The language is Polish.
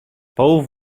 połów